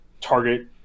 target